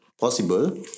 possible